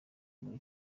muri